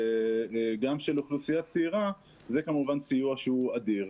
גם של אוכלוסייה צעירה, זה כמובן סיוע שהוא אדיר.